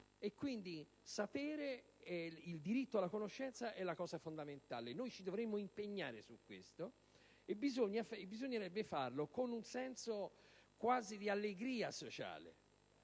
Quindi, il diritto alla conoscenza è la cosa fondamentale. Noi ci dovremmo impegnare su questo fronte, e dovremmo farlo con un senso quasi di allegria sociale,